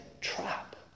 trap